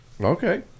Okay